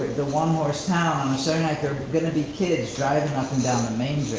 the one horse town so night, they're gonna be kids driving up and down the main